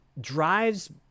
drives